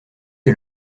est